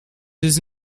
his